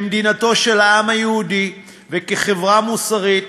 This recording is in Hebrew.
כמדינתו של העם היהודי וכחברה מוסרית,